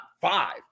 five